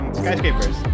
skyscrapers